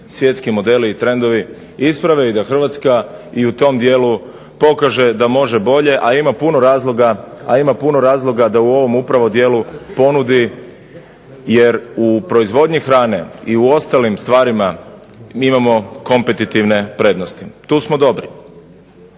svjetski modeli i trendovi isprave i da Hrvatska i u tom dijelu pokaže da može bolje, a ima puno razloga da u ovom upravo dijelu ponudi jer u proizvodnji hrane i u ostalim stvarima mi imamo kompetitivne prednosti. Tu smo dobri.